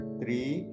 three